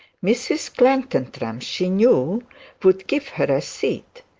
mrs clantantram she knew would give her a seat.